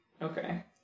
Okay